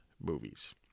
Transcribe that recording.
movies